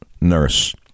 nurse